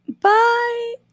Bye